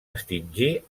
extingir